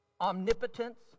omnipotence